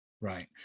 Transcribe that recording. right